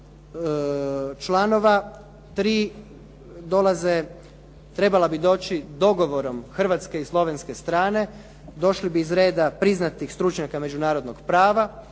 dolaze, trebala bi doći dogovorom hrvatske i slovenske strane. Došli bi iz reda priznatih stručnjaka međunarodnog prava.